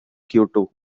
kyoto